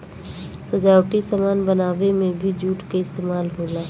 सजावटी सामान बनावे में भी जूट क इस्तेमाल होला